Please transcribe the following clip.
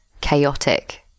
chaotic